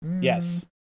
Yes